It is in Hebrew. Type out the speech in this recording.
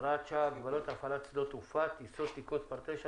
(הוראת שעה) (הגבלות על הפעלת שדות תעופה וטיסות) (תיקון מס' 9),